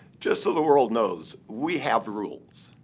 just so the world knows, we have rules.